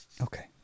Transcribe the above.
Okay